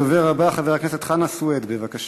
הדובר הבא, חבר הכנסת חנא סוייד, בבקשה,